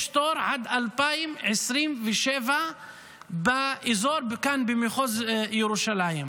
יש תור עד 2027 כאן במחוז ירושלים.